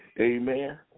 Amen